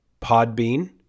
Podbean